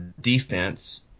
defense